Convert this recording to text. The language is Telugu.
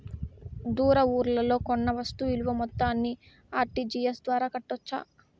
దూర ఊర్లలో కొన్న వస్తు విలువ మొత్తాన్ని ఆర్.టి.జి.ఎస్ ద్వారా కట్టొచ్చా?